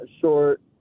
short